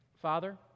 Father